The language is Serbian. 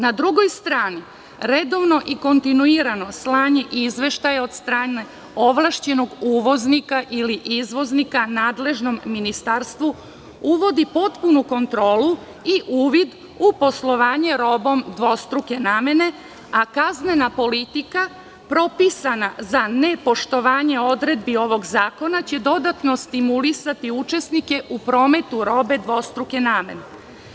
Na drugoj strani, redovno i kontinuirano slanje izveštaja od strane ovlašćenog uvoznika ili izvoznika nadležnom ministarstvu uvodi potpunu kontrolu i uvid u poslovanje robom dvostruke namene a kaznena politika propisana za nepoštovanje odredbi ovog zakona će dodatno stimulisati učesnike u prometu robe dvostruke namene.